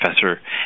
Professor